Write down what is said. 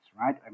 right